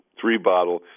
three-bottle